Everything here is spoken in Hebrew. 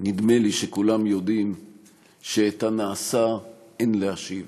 נדמה לי שכולם יודעים שאת הנעשה אין להשיב,